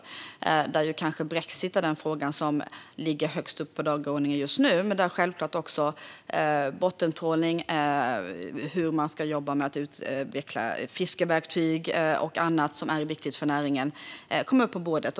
Brexit är kanske den fråga som står högst på dagordningen just nu, men självklart kommer också bottentrålning, hur man ska jobba med att utveckla fiskeverktyg och andra frågor som är viktiga för näringen upp på bordet.